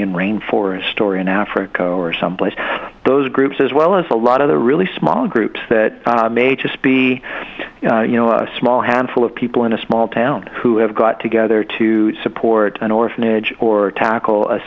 n rain forest or in africa or some place those groups as well as a lot of the really small groups that may just be you know a small handful of people in a small town who have got together to support an orphanage or tackle a